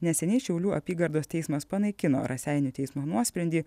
neseniai šiaulių apygardos teismas panaikino raseinių teismo nuosprendį